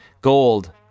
Gold